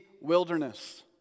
wilderness